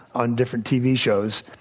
on different tv shows,